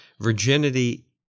virginity